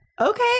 Okay